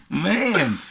Man